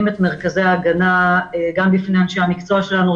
את מרכזי ההגנה גם בפני אנשי המקצוע שלנו.